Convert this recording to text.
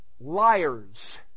liars